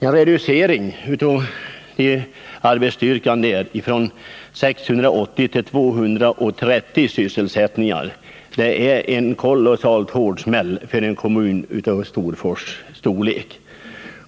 En reducering av arbetsstyrkan från 680 till 230 personer är en kolossalt hård smäll för en kommun av Storfors storlek.